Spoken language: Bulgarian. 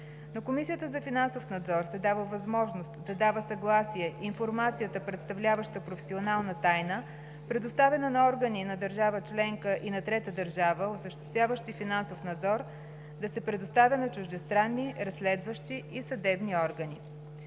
На Комисията за финансов надзор се дава възможност да дава съгласие информацията, представляваща професионална тайна, предоставена на органи на държава членка и на трета държава, осъществяващи финансов надзор, да се предоставя на чуждестранни разследващи и съдебни органи.